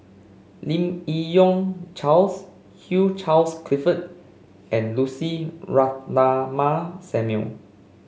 Lim Yi Yong Charles Hugh Charles Clifford and Lucy Ratnammah Samuel